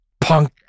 Punk